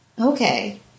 Okay